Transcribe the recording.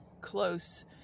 close